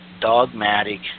dogmatic